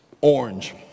orange